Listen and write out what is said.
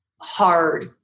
Hard